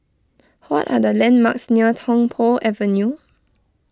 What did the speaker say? what are the landmarks near Tung Po Avenue